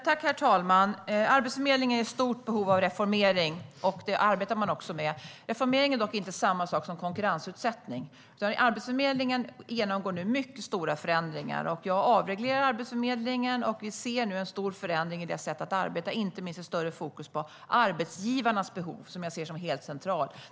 Herr talman! Arbetsförmedlingen är i stort behov av reformering, och det arbetar man med. Reformering är dock inte samma sak som konkurrensutsättning. Arbetsförmedlingen genomgår nu mycket stora förändringar. Jag avreglerar Arbetsförmedlingen, och vi ser en stor förändring i deras sätt att arbeta. Inte minst är det större fokus på arbetsgivarnas behov, vilket jag ser som helt centralt.